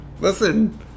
Listen